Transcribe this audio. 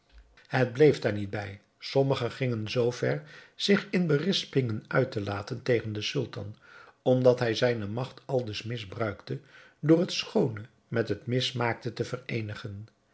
het bleef daar niet bij sommigen gingen zoo ver zich in berispingen uit te laten tegen den sultan omdat hij zijne magt aldus misbruikte door het schoone met het mismaakte te vereenigen